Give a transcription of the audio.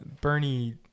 Bernie